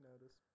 notice